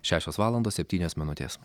šešios valandos septynios minutės